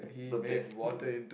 the best